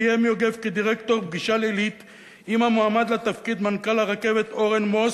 קיים כדירקטור פגישה לילית עם המועמד לתפקיד מנכ"ל הרכבת אורן מוסט.